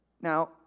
Now